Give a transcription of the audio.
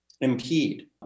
impede